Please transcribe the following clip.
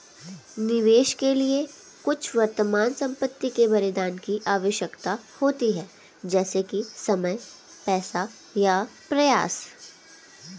निवेश के लिए कुछ वर्तमान संपत्ति के बलिदान की आवश्यकता होती है जैसे कि समय पैसा या प्रयास